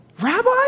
Rabbi